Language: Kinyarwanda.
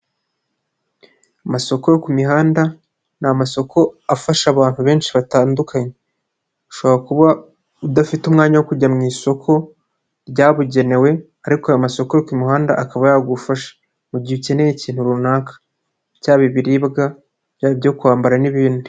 Amasoko yo ku mihanda, ni amasosoko afasha abantu benshi batandukanye. Ushobora kuba udafite umwanya wo kujya mu isoko ryabugenewe, ariko aya amasosoko yo ku muhanda akaba yagufasha, mu gihe ukeneye ikintu runaka byaba ibiribwa, ibyo kwambara, n'ibindi.